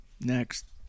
Next